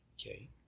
Okay